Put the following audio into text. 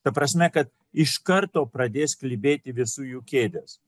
ta prasme kad iškarto pradės klibėti visų jų kėdės